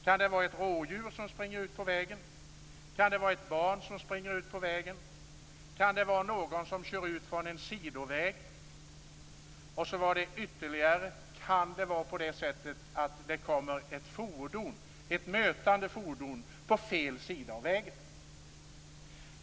Kan det vara ett rådjur eller ett barn som springer ut på vägen? Kan det vara någon som kör ut från en sidoväg? Kan det vara på det sättet att det kommer ett mötande fordon på fel sida av vägen?